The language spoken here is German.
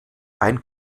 ein